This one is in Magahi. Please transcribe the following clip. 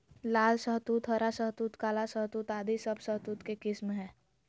लाल शहतूत, हरा शहतूत, काला शहतूत आदि सब शहतूत के किस्म हय